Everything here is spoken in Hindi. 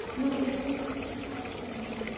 मैं जोधपुर राजस्थान से हूँ